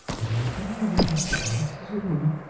it has been rumored that the artist is a woman,